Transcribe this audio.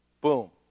boom